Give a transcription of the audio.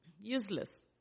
useless